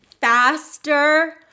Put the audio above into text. faster